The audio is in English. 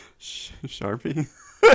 Sharpie